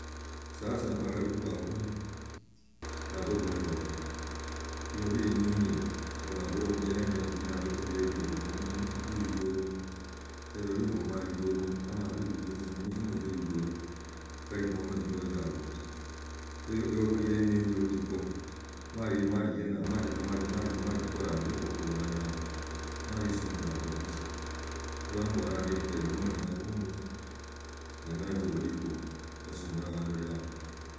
Sasa noakaduka abundu yaenya tsa ogone bilahi ibaka eli enyinji, onyala kula wa mutandi, pibaechiractio, omunzu gwa igulu ama ama igulu ame ebusimu bwa igulu iwa khulwo eliene ilyo obutukhu mali kola mbule kuguna dawe, maisumburaa kabisa khulwa mbola ndi kali nominyire abundu ye nayanze buldiku, otasumbula bandu dabe.